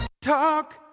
Talk